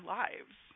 lives